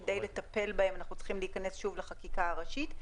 כדי לטפל בהם אנחנו צריכים להיכנס לחקיקה ראשית.